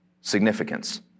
significance